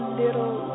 little